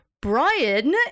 Brian